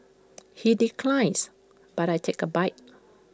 he declines but I take A bite